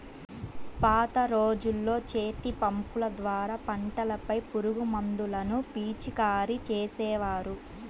పాత రోజుల్లో చేతిపంపుల ద్వారా పంటలపై పురుగుమందులను పిచికారీ చేసేవారు